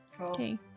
Okay